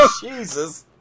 jesus